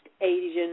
Asian